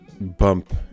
bump